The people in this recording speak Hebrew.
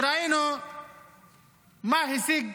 וראינו מה השיג